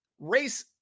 Race